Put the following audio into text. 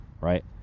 Right